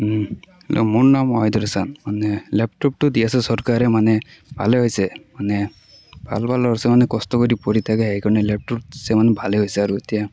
মোৰ নাম মহিধৰ চাম মানে লেপটপটো দি আছে চৰকাৰে মানে ভালে হৈছে মানে ভাল ভাল ল'ৰা ছোৱালীয়ে কষ্ট কৰি থাকে সেইকাৰণে লেপটপ ভালে হৈছে আৰু এতিয়া